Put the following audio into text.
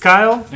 Kyle